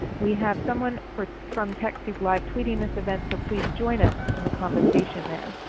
we have someone from from techsoup live tweeting this event so please join us in the conversation there.